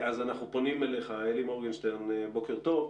אלי מורגנשטרן, בוקר טוב.